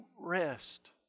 rest